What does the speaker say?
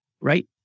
right